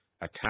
attack